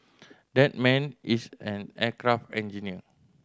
that man is an aircraft engineer